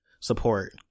support